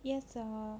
yes ah